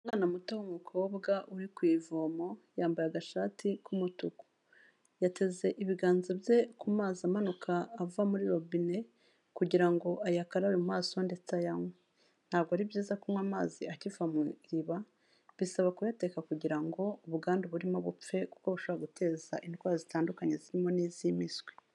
Umwana muto w'umukobwa uri ku ivomo yambaye agashati k'umutuku, yateze ibiganza bye ku mazi amanuka ava muri robine kugira ngo ayakarabe mu maso ndetse ayanywe, ntabwo ari byiza kunywa amazi akiva mu iriba, bisaba kuyateka kugira ngo ubwandu burimo bupfe kuko bushobora guteza indwara zitandukanye zirimo n'iz'impiswi.